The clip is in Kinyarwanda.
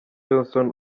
johnson